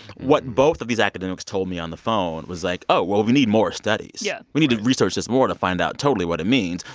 what both of these academics told me on the phone was, like, oh, well, we need more studies yeah. right we need to research this more to find out totally what it means.